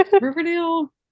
riverdale